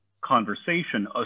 conversation